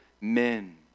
men